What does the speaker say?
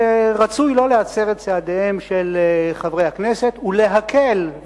שרצוי לא להצר את צעדיהם של חברי הכנסת ולהקל,